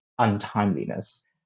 Untimeliness